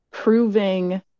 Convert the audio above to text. Proving